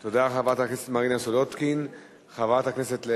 תודה, חברת הכנסת מרינה סולודקין.